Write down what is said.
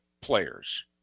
players